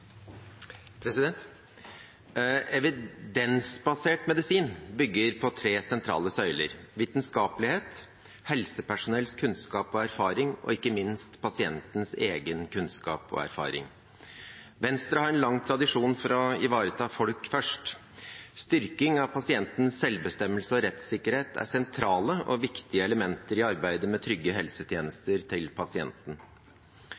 Evidensbasert medisin bygger på tre sentrale søyler: vitenskapelighet, helsepersonells kunnskap og erfaring og ikke minst pasientens egen kunnskap og erfaring. Venstre har lang tradisjon for å ivareta folk først. Styrking av pasientens selvbestemmelse og rettssikkerhet er sentrale og viktige elementer i arbeidet med trygge